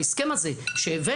בהסכם הזה שהבאנו,